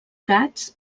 gats